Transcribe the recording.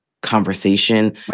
conversation